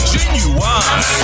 Genuine